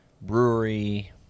brewery